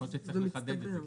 יכול להיות שצריך לחדד את זה,